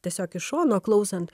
tiesiog iš šono klausant